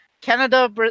Canada